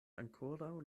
ankoraŭ